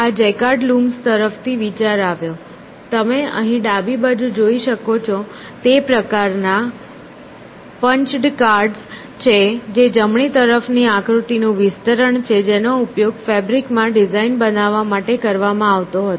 આ jacquard looms તરફથી વિચાર આવ્યો તમે અહીં ડાબી બાજુ જોઈ શકો છો તે પ્રકારનાં પંચ્ડ કાર્ડ્સ છે જે જમણી તરફની આકૃતિનું વિસ્તરણ છે જેનો ઉપયોગ ફેબ્રિકમાં ડિઝાઇન બનાવવા માટે કરવામાં આવતો હતો